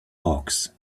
hawks